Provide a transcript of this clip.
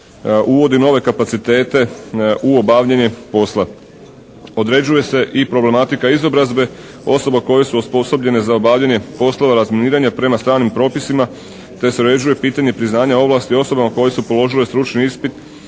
uvodi nove kapacitete u obavljanje posla. Određuje se i problematika izobrazbe osoba koje su osposobljene za obavljanje poslova razminiranja prema stranim propisima te se uređuje pitanje priznanja ovlasti osobama koje su položile stručni ispit